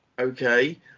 okay